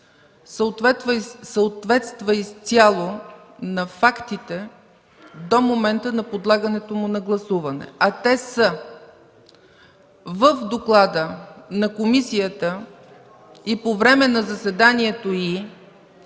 съответства изцяло на фактите до момента на подлагането му на гласуване, а те са: в доклада на комисията и по време на заседанието